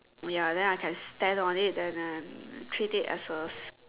ya then I can stand on it then treat it as a